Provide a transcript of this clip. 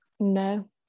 no